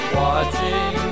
watching